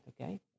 okay